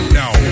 now